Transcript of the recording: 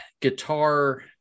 guitar